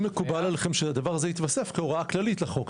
מקובל עליכם שהדבר הזה יתווסף כהוראה כללית לחוק?